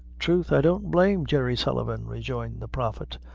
troth, i don't blame jerry sullivan, rejoined the prophet.